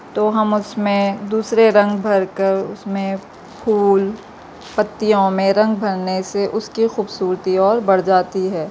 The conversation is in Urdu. تو ہم اس میں دوسرے رنگ بھر کر اس میں پھرل پتیوں میں رنگ بھرنے سے اس کی خوبصورتی اور بڑھ جاتی ہے